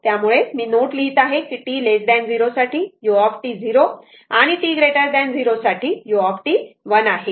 तर त्या मुळे मी नोट लिहित आहे की t 0 साठी u 0 आणि t 0 साठी u 1 आहे बरोबर